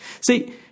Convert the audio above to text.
See